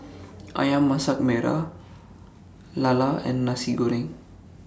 Ayam Masak Merah Lala and Nasi Goreng